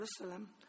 Jerusalem